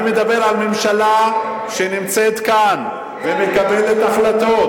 אני מדבר על ממשלה שנמצאת כאן ומקבלת החלטות,